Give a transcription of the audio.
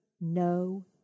no